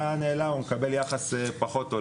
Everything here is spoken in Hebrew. היה נעלם או מקבל יחס פחות טוב.